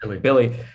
billy